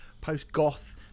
post-goth